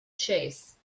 chase